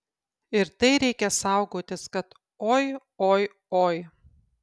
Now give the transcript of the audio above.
ir tai reikia saugotis kad oi oi oi